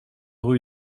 rue